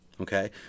okay